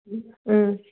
ꯎꯝ